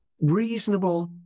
reasonable